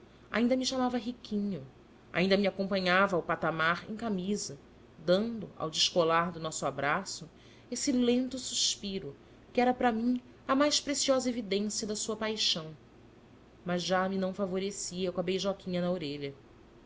ainda me chamava riquinho ainda me acompanhava ao patamar em camisa dando ao descolar do nosso abraço esse lento suspiro que era para mim a mais preciosa evidência da sua paixão mas já me não favorecia com a beijoquinha na orelha